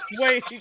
Wait